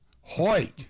Hoyt